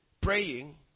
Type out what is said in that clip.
praying